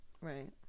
Right